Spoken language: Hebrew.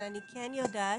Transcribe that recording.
אבל אני כן יודעת